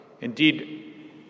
Indeed